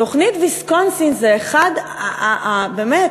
תוכנית ויסקונסין היא אחת, באמת,